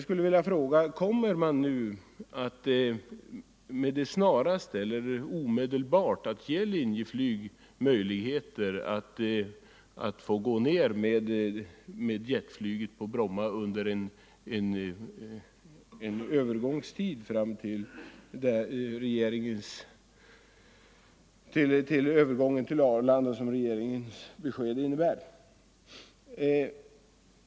Kommer regeringen nu att med det snaraste ge Linjeflyg möjligheter att gå ned med jetflyg på Bromma under en övergångstid fram till flyttningen till Arlanda, som regeringens besked innebär?